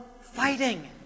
fighting